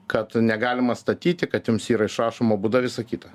kad negalima statyti kad jums yra išrašoma bauda visa kita